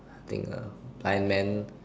I think uh blind man